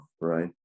right